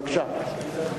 בבקשה.